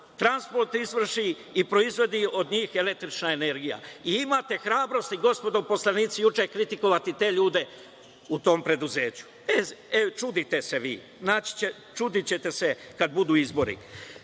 transport izvrši i proizvodi od njih električna energija. I imate hrabrosti, gospodo poslanici, juče kritikovati te ljude u tom preduzeću. E, čudite se vi. Čudićete se kada budu izboru. Godina